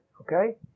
okay